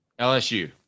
LSU